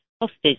hostage